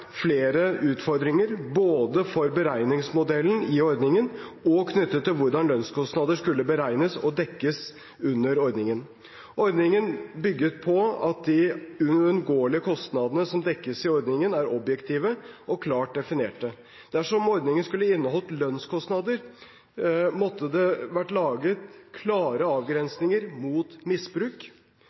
flere utfordringer, både for beregningsmodellen i ordningen og knyttet til hvordan lønnskostnader skulle beregnes og dekkes under ordningen. Ordningen bygget på at de uunngåelige kostnadene som dekkes i ordningen, er objektive og klart definert. Dersom ordningen skulle inneholdt lønnskostnader, måtte det vært laget klare avgrensninger mot misbruk.